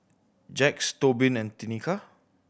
Jax Tobin and Tenika